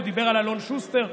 הוא דיבר על אלון שוסטר,